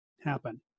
happen